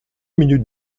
minutes